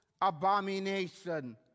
abomination